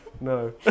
no